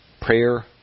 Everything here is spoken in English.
Prayer